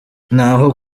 naho